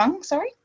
sorry